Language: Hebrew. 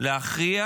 להכריע